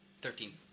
thirteen